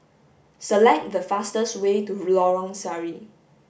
select the fastest way to Lorong Sari